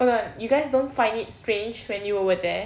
hold on you guys don't find it strange when you were there